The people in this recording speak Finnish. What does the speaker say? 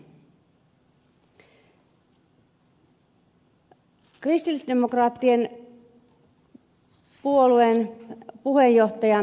kristillisdemokraattien puolueen puheenjohtajan ed